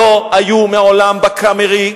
לא היו מעולם ב"הקאמרי",